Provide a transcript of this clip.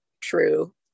true